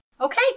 Okay